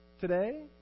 Today